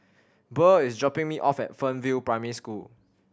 Burr is dropping me off at Fernvale Primary School